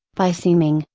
by seeming,